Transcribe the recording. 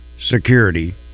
Security